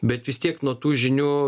bet vis tiek nuo tų žinių